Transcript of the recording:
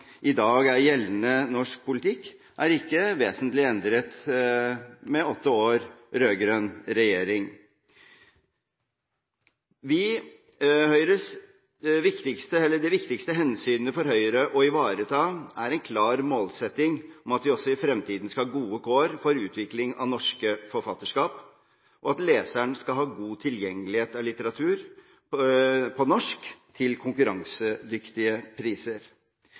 i dag er gjeldende norsk politikk, er ikke vesentlig endret etter åtte år med rød-grønn regjering. Det viktigste hensynet å ivareta for Høyre er en klar målsetting om at vi også i fremtiden skal ha gode kår for utvikling av norske forfatterskap, og at leseren skal ha god tilgang på litteratur på norsk til konkurransedyktige priser.